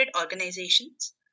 organizations